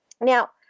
Now